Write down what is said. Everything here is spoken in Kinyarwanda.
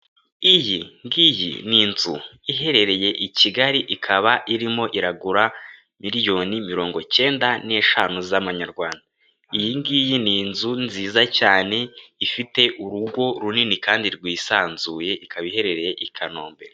Iyi ngiyi ni inzu iherereye i Kigali ikaba irimo iragura miliyoni mirongo icyenda n'eshanu z'amanyarwanda. Iyi ngiyi ni inzu nziza cyane ifite urugo runini kandi rwisanzuye ikaba iherereye i Kanombe